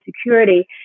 Security